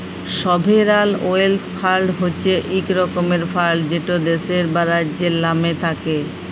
sovereign wealth fund হছে ইক রকমের ফাল্ড যেট দ্যাশের বা রাজ্যের লামে থ্যাকে